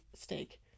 steak